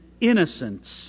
innocence